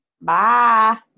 Bye